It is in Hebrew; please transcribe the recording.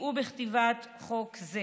שסייעו בכתיבת חוק זה